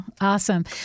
Awesome